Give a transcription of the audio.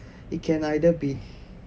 it can either be